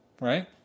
right